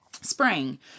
spring